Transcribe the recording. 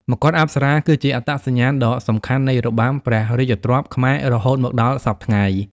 មកុដអប្សរាគឺជាអត្តសញ្ញាណដ៏សំខាន់នៃរបាំព្រះរាជទ្រព្យខ្មែររហូតមកដល់សព្វថ្ងៃ។